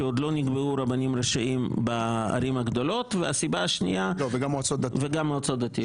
שעוד לא נקבעו רבנים ראשיים בערים הגדולות וגם מועצות דתיות,